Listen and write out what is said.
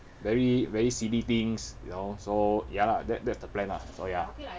very very silly things you know so ya lah that's that's the plan lah so ya